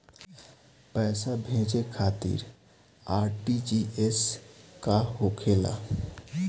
पैसा भेजे खातिर आर.टी.जी.एस का होखेला?